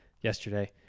yesterday